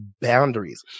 boundaries